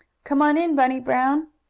come on in, bunny brown!